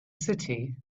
city